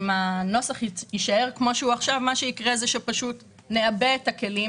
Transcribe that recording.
אם הנוסח יישאר כמו שהוא עכשיו נעבה את הכלים